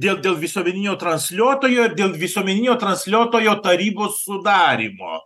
dėl dėl visuomeninio transliuotojo dėl visuomeninio transliuotojo tarybų sudarymo